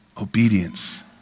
obedience